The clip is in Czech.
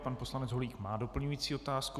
Pan poslanec Holík má doplňující otázku.